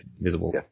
visible